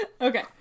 Okay